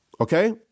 okay